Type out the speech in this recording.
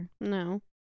no